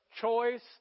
choice